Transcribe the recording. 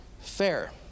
fair